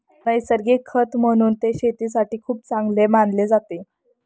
नैसर्गिक खत म्हणून ते शेतीसाठी खूप चांगले मानले जाते